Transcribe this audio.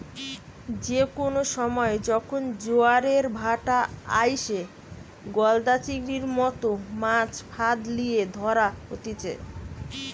যে কোনো সময়ে যখন জোয়ারের ভাঁটা আইসে, গলদা চিংড়ির মতো মাছ ফাঁদ লিয়ে ধরা হতিছে